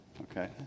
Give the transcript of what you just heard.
okay